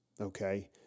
Okay